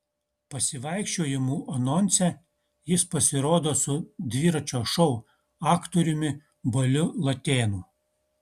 pasivaikščiojimų anonse jis pasirodo su dviračio šou aktoriumi baliu latėnu